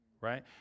right